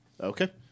Okay